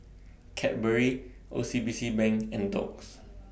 Cadbury O C B C Bank and Doux